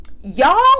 Y'all